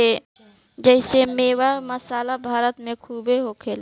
जेइसे मेवा, मसाला भारत मे खूबे होखेला